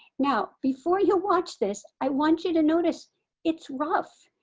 now before you watch this i want you to notice it's rough.